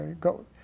go